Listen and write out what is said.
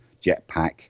jetpack